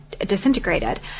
disintegrated